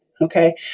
Okay